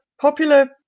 popular